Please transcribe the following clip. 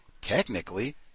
technically